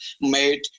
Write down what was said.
made